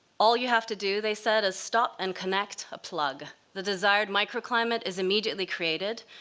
all you have to do, they said, is stop and connect a plug. the desired microclimate is immediately created,